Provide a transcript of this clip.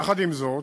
יחד עם זאת,